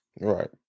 Right